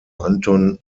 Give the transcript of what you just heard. anton